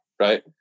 right